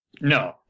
No